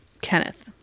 Kenneth